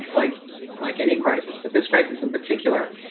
like like any crisis. but this crisis in particular